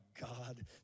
God